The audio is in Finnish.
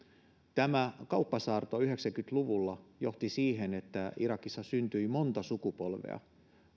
tämä kauppasaarto yhdeksänkymmentä luvulla johti siihen että irakissa syntyi monta sukupolvea